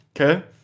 okay